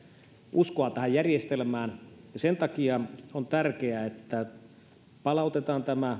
uskoa tähän järjestelmään ja sen takia on tärkeää että palautetaan tämä